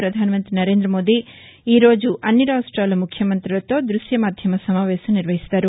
ప్రధానమంతి నరేందమోదీ ఈరోజు అన్ని రాష్టాల ముఖ్యమంతులతో దృశ్య మాధ్యమ సమావేశం నిర్వహిస్తారు